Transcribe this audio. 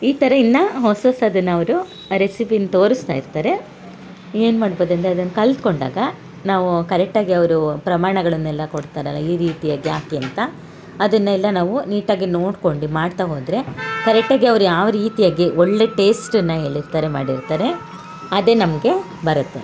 ಈ ಥರ ಇನ್ನ ಹೊಸೊಸದನ್ನ ಅವರು ರೆಸಿಪಿನ ತೋರಿಸ್ತಾ ಇರ್ತಾರೆ ಏನು ಮಾಡ್ಬೌದು ಅಂದರೆ ಅದನ್ನ ಕಲ್ತ್ಕೊಂಡಾಗ ನಾವೋ ಕರೆಕ್ಟಾಗಿ ಅವರು ಪ್ರಮಾಣಗಳನ್ನೆಲ್ಲ ಕೊಡ್ತಾರಲ್ಲ ಈ ರೀತಿಯಾಗಿ ಹಾಕಿ ಅಂತ ಅದನ್ನೆಲ್ಲ ನಾವು ನೀಟಾಗಿ ನೋಡ್ಕೊಂಡು ಮಾಡ್ತಾ ಹೋದರೆ ಕರೆಕ್ಟಾಗಿ ಅವ್ರು ಯಾವ ರೀತಿಯಾಗಿ ಒಳ್ಳೆಯ ಟೇಸ್ಟನ್ನ ಹೇಳಿರ್ತರೆ ಮಾಡಿರ್ತಾರೆ ಅದೇ ನಮಗೆ ಬರುತ್ತೆ